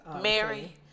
Mary